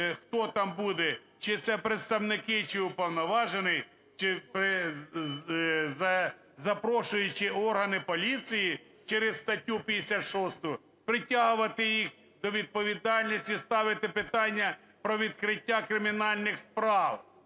хто там буде: чи це представники, чи уповноважений, чи запрошуючі органи поліції – через статтю 56 притягувати їх до відповідальності, ставити питання про відкриття кримінальних справ.